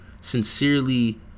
sincerely